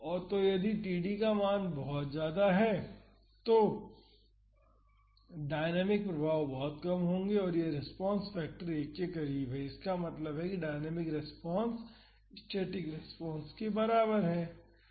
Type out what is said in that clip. तो यदि td का मान बहुत ज्यादा है तो डायनामिक प्रभाव बहुत कम होंगे और यह रेस्पॉन्स फैक्टर 1 के करीब है इसका मतलब है डायनामिक रेस्पॉन्स स्टैटिक रेस्पॉन्स के करीब है